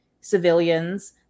civilians